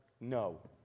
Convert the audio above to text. no